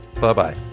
Bye-bye